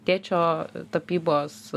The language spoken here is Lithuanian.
tėčio tapybos